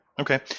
Okay